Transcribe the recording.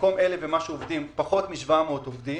במקום אלף ומשהו עובדים פחות מ-700 עובדים,